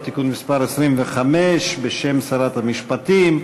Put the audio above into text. (תיקון מס' 25) (הסדרת ההחזקה והשימוש במאגר מידע על חברות),